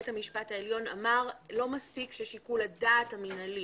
בית המשפט העליון אמר: לא מספיק ששיקול הדעת המינהלי